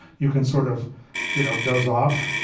you can sort of you know doze off,